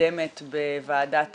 המתקדמת בוועדת הפנים,